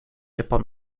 japan